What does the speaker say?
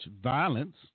violence